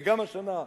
וגם השנה,